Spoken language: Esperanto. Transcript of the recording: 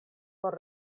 por